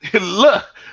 Look